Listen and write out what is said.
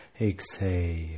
Exhale